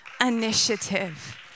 initiative